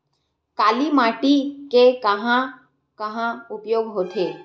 काली माटी के कहां कहा उपयोग होथे?